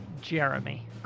Jeremy